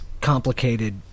complicated